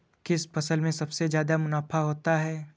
किस फसल में सबसे जादा मुनाफा होता है?